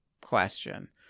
question